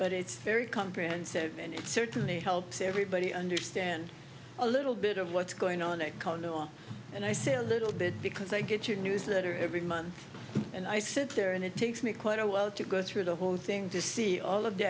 but it's very comprehensive and it certainly helps everybody understand a little bit of what's going on at kano and i say a little bit because i get your newsletter every month and i sit there and it takes me quite a while to go through the whole thing to see all of the